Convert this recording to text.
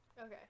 Okay